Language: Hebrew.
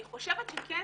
אני חושבת שכן